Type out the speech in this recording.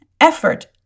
effort